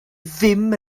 ddim